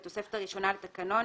בתוספת הראשונה לתקנות,